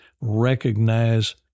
recognize